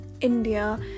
India